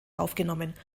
aufgenommen